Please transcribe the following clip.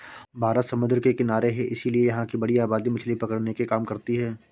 भारत समुद्र के किनारे है इसीलिए यहां की बड़ी आबादी मछली पकड़ने के काम करती है